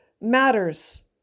matters